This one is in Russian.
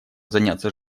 заняться